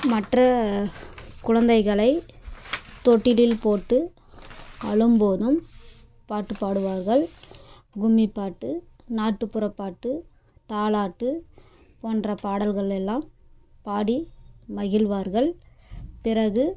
மற்ற குழந்தைகளை தொட்டிலில் போட்டு அழும்போதும் பாட்டு பாடுவார்கள் கும்மி பாட்டு நாட்டுப்புற பாட்டு தாலாட்டு போன்ற பாடல்கள் எல்லாம் பாடி மகிழ்வார்கள் பிறகு